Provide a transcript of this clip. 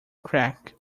crack